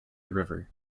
river